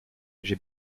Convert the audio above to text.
j’ai